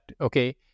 okay